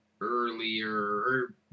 earlier